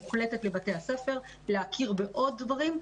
מוחלטת לבתי הספר להכיר בעוד דברים,